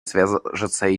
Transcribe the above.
свяжется